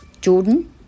Jordan